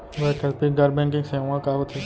वैकल्पिक गैर बैंकिंग सेवा का होथे?